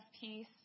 peace